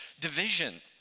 division